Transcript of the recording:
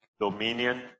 dominion